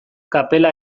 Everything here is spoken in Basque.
kapela